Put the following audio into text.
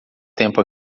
tempo